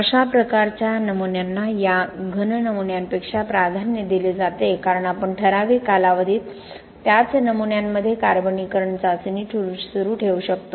अशा प्रकारच्या नमुन्यांना या घन नमुन्यांपेक्षा प्राधान्य दिले जाते कारण आपण ठराविक कालावधीत त्याच नमुन्यांमध्ये कार्बनीकरण चाचणी सुरू ठेवू शकतो